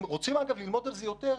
אם אגב רוצים ללמוד על זה יותר,